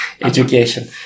education